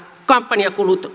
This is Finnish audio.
kampanjakulut